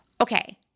Okay